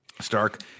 Stark